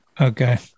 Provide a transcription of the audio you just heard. Okay